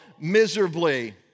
miserably